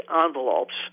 envelopes